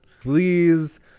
please